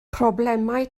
problemau